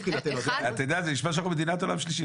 זה נשמע שאנחנו מדינת עולם שלישי,